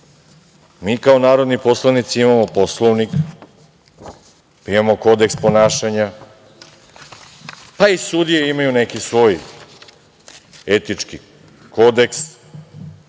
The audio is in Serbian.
Mi kao narodni poslanici imamo Poslovnik, imamo Kodeks ponašanja, pa i sudije imaju neki svoj etički kodeks